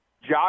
Josh